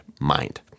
mind